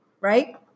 Right